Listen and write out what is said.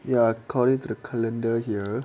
yah according to the calendar here